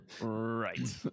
right